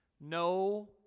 No